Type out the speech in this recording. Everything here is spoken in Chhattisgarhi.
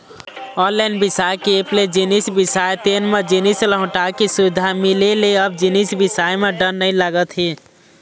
ऑनलाईन बिसाए के ऐप ले जिनिस बिसाबे तेन म जिनिस लहुटाय के सुबिधा मिले ले अब जिनिस बिसाए म डर नइ लागत हे